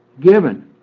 given